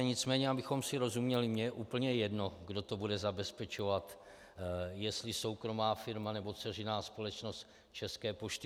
Nicméně abychom si rozuměli, mně je úplně jedno, kdo to bude zabezpečovat, jestli soukromá firma, nebo dceřiná společnost České pošty.